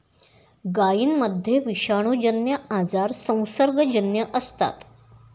गायींमध्ये विषाणूजन्य आजार संसर्गजन्य असतात